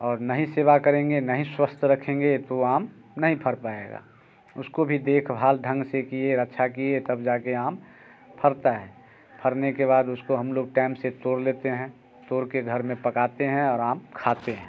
और नहीं सेवा करेंगे नहीं स्वस्थ रखेंगे तो आम नहीं फर पाएगा उसको भी देखभाल ढंग से किए रक्षा किए तब जाके आम फरता है फरने के बाद उसको हम लोग टाइम से तोड़ लेते हैं तोड़ के घर में पकाते हैं और आम खाते हैं